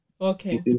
okay